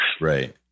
Right